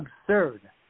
absurd